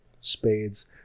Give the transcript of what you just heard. Spades